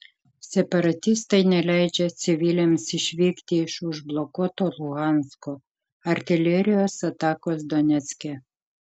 separatistai neleidžia civiliams išvykti iš užblokuoto luhansko artilerijos atakos donecke